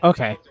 Okay